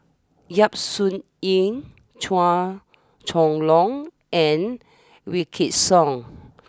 Yap Su Yin Chua Chong long and Wykidd Song